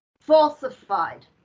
falsified